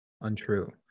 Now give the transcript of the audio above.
untrue